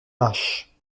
lâches